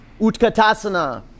utkatasana